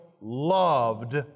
loved